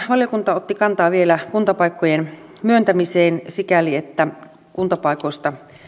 valiokunta otti kantaa vielä kuntapaikkojen myöntämiseen sikäli että kuntapaikoista